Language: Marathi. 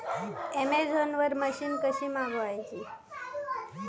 अमेझोन वरन मशीन कशी मागवची?